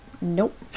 Nope